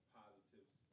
positives